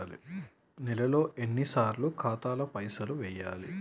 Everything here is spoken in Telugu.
నెలలో ఎన్నిసార్లు ఖాతాల పైసలు వెయ్యాలి?